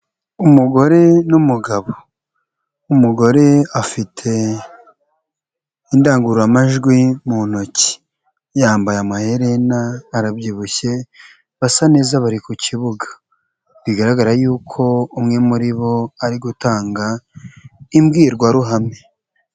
Umugore n'umugabo umugore afite indangururamajwi mu ntoki, yambaye amaherena arabyibushye basa neza bari ku kibuga, bigaragara yuko umwe muri bo ari gutanga imbwirwaruhame.